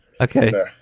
Okay